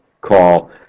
call